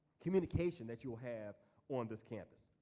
communication that you'll have on this campus.